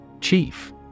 Chief